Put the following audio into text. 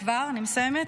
כבר, אני מסיימת.